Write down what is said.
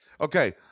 Okay